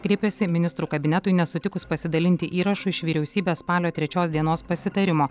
kreipėsi ministrų kabinetui nesutikus pasidalinti įrašu iš vyriausybės spalio trečios dienos pasitarimo